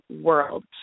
world